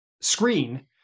screen